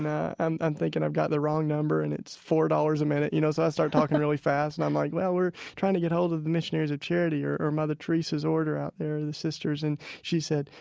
and i'm thinking i've got the wrong number and it's four dollars a minute, you know? so i started talking really fast. and i'm like, well, we're trying to get hold of the missionaries of charity or or mother teresa's order out there, the sisters and she said,